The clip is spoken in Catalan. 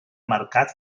mercat